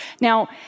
Now